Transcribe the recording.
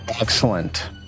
Excellent